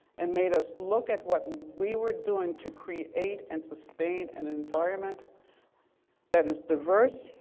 and made us look at what we were doing to create and sustain an environment that is diverse,